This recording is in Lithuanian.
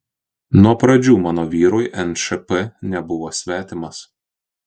nuo pradžių mano vyrui nšp nebuvo svetimas